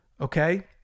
Okay